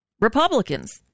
Republicans